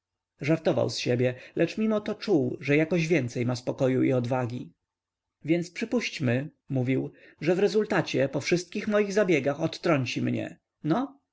żartował z siebie lecz mimo to czuł że jakoś więcej ma spokoju i odwagi więc przypuśćmy mówił że w rezultacie po wszystkich moich zabiegach odtrąci mnie no